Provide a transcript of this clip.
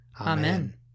Amen